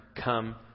come